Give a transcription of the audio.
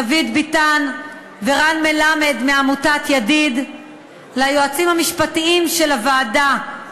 דוד ביטן ורן מלמד מעמותת "ידיד"; ליועצים המשפטיים של הוועדה,